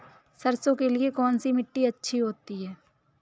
सरसो के लिए कौन सी मिट्टी अच्छी होती है?